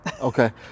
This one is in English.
Okay